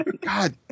God